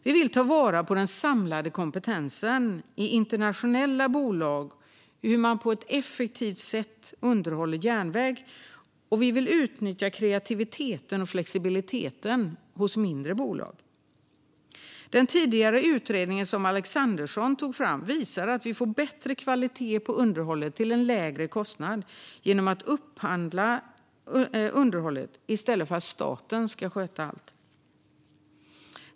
Vi vill ta vara på den samlade kompetensen i internationella bolag om hur man på ett effektivt sätt underhåller järnväg. Vi vill utnyttja kreativiteten och flexibiliteten hos mindre bolag. Den tidigare utredningen som Gunnar Alexandersson tog fram visar att vi får bättre kvalitet på underhållet till en lägre kostnad genom att upphandla underhållet i stället för att staten ska sköta allt.